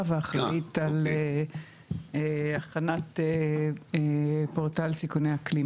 ואחראית על הכנת פורטל סיכוני אקלים